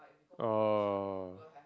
oh